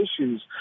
issues